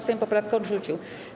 Sejm poprawkę odrzucił.